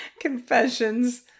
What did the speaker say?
confessions